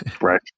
Right